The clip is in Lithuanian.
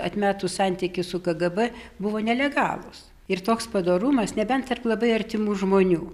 atmetus santykį su kgb buvo nelegalūs ir toks padorumas nebent tarp labai artimų žmonių